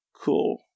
cool